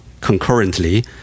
concurrently